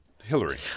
Hillary